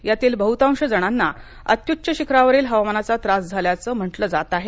यातील बहतांश जणांना अत्यूच्च शिखरावरील हवामानाचा त्रास झाल्याचं म्हटलं जात आहे